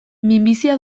minbizia